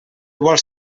vols